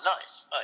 nice